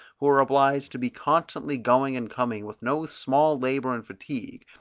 who are obliged to be constantly going and coming with no small labour and fatigue,